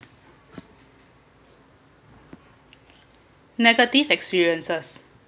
negative experiences